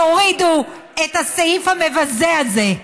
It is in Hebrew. תורידו את הסעיף המבזה הזה.